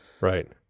Right